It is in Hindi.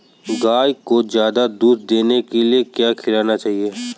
गाय को ज्यादा दूध देने के लिए क्या खिलाना चाहिए?